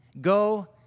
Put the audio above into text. Go